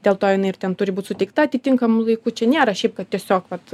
dėl to jinai ir ten turi būt suteikta atitinkamu laiku čia nėra šiaip kad tiesiog vat